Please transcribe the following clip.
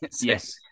Yes